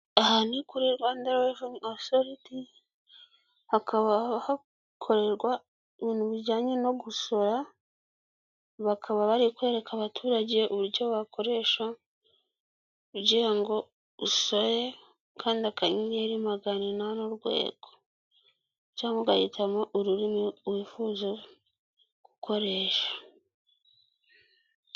Aha ni kuri Rwanda Revenue Authority, hakaba hakorerwa ibintu bijyanye no gusora, bakaba bari kwereka abaturage uburyo bakoresha ugira ngo usore ukanda akanyenyeri magana n'inani urwego cyangwa ugahitamo ururimi wifuza gukoresha.